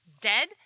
dead